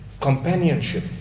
Companionship